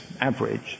average